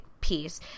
piece